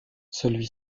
celui